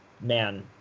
man